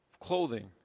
clothing